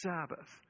Sabbath